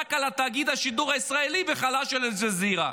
שחזק על תאגיד השידור הישראלי וחלש על אל-ג'זירה.